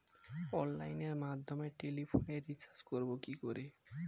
অনলাইনের মাধ্যমে টেলিফোনে রিচার্জ করব কি করে?